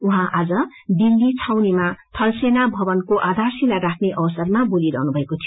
उहाँ आज दिल्ली छावनीमा थलसेना भवनको आधारशिला राख्ने अवसरमा बोलिरहनु भकऐ थियो